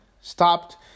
stopped